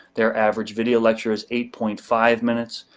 their average video lecture is eight point five minutes.